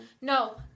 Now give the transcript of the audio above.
No